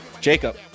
jacob